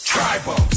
tribal